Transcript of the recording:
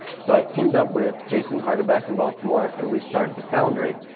so i teamed up with jason hardback in baltimore and we started the foundry.